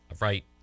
Right